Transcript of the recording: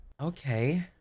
Okay